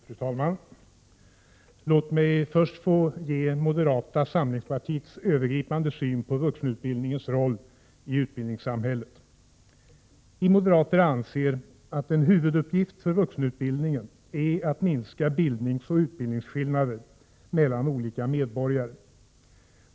Fru talman! Låt mig först få ge moderata samlingspartiets övergripande syn på vuxenutbildningens roll i utbildningssamhället. Vi moderater anser att en huvuduppgift för vuxenutbildningen är att minska bildningsoch utbildningsskillnader mellan olika medborgare.